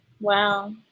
Wow